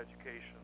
Education